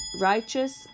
righteous